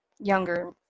younger